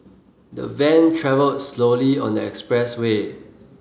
the van travelled slowly on the expressway